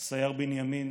סייר-בנימין,